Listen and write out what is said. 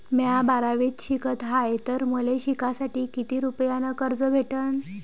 म्या बारावीत शिकत हाय तर मले शिकासाठी किती रुपयान कर्ज भेटन?